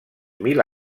mil